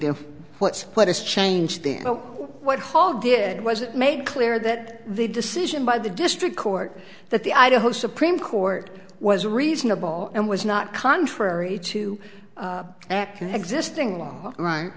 what is changed in what hall did was it made clear that the decision by the district court that the idaho supreme court was reasonable and was not contrary to act existing law right